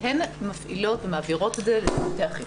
והן מפעילות ומעבירות את זה לצוותי החינוך.